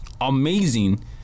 amazing